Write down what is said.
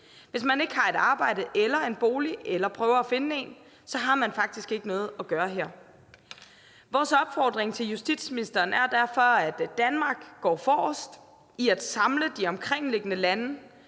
Hvis man ikke har et arbejde eller en bolig eller prøver at finde en, har man faktisk ikke noget at gøre her. Vores opfordring til justitsministeren er derfor, at Danmark skal gå forrest i at samle de omkringliggende lande,